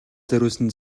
зориулсан